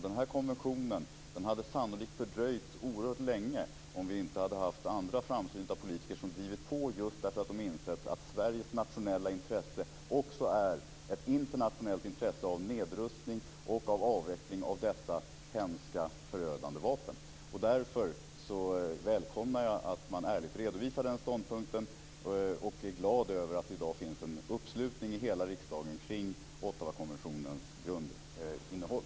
Den här konventionen hade sannolikt fördröjts oerhört länge om vi inte hade haft andra framsynta politiker som drivit på just därför att de insett att Sveriges nationella intresse också är ett internationellt intresse av nedrustning och av avveckling av dessa hemska, förödande vapen. Därför välkomnar jag att man ärligt redovisar den ståndpunkten. Jag är glad över att det i dag finns en uppslutning i hela riksdagen kring Ottawakonventionens grundinnehåll.